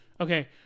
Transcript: Okay